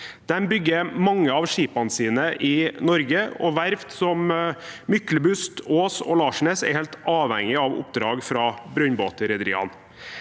De bygger mange av skipene sine i Norge, og verft som Myklebust, Aas og Larsnes er helt avhengige av oppdrag fra brønnbåtrederiene.